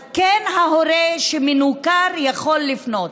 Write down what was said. אז ההורה שמנוכר יכול לפנות.